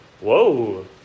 Whoa